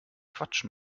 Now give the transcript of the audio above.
quatsch